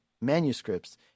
manuscripts